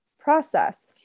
process